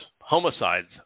Homicides